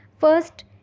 First